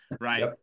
Right